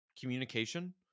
communication